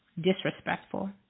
disrespectful